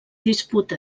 disputa